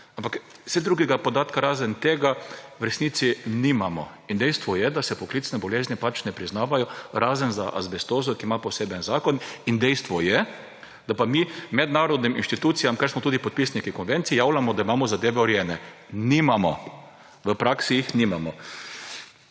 Ampak saj drugega podatka razen tega v resnici nimamo. In dejstvo je, da se poklicne bolezni ne priznavajo, razen za azbestozo, ki ima poseben zakon. In dejstvo je, da pa mi mednarodnim inštitucijam, ker smo tudi podpisniki konvencij, javljamo, da imamo zadeve urejene – nimamo, v praksi jih nimamo.